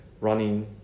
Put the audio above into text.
running